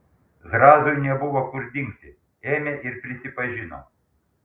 zrazui nebuvo kur dingti ėmė ir prisipažino